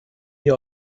ihr